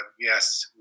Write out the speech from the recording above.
yes